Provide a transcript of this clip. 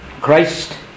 Christ